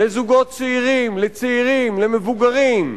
לזוגות צעירים, לצעירים, למבוגרים.